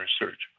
research